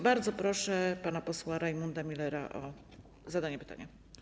Bardzo proszę pana posła Rajmunda Millera o zadanie pytania.